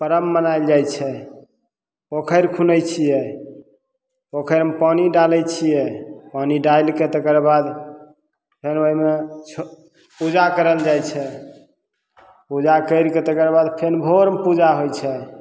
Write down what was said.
परब मनाएल जाइ छै पोखरि खुनै छिए पोखरिमे पानी डालै छिए पानी डालिके तकर बाद फेर ओहिमे छठि पूजा करल जाइ छै पूजा करिके तकर बाद फेर भोरमे पूजा होइ छै